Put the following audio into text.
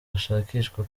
bashakishwa